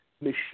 machine